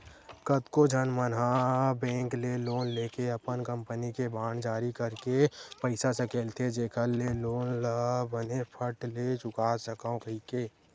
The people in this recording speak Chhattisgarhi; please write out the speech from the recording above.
कतको झन मन ह बेंक ले लोन लेके अपन कंपनी के बांड जारी करके पइसा सकेलथे जेखर ले लोन ल बने फट ले चुका सकव कहिके